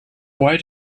why